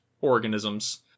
organisms